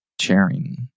sharing